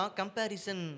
comparison